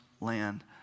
land